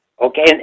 okay